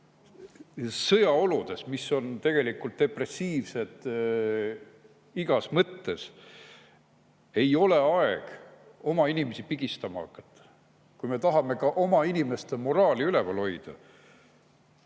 sõjaoludes, mis on tegelikult depressiivsed igas mõttes, ei [tohiks] oma inimesi pigistama hakata. Kui me tahame ka oma inimeste moraali üleval hoida,